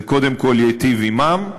זה קודם כול ייטיב עמם,